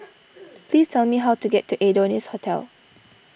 please tell me how to get to Adonis Hotel